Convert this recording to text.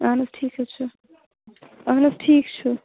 اَہَن حظ ٹھیٖک حظ چھُ اَہَن حظ ٹھیٖک چھُ